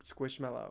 squishmallow